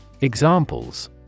Examples